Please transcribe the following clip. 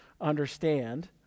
understand